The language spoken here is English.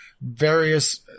various